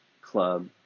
Club